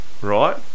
right